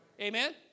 Amen